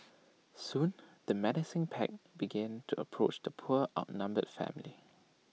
soon the menacing pack began to approach the poor outnumbered family